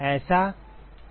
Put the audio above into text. ऐसा